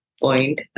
point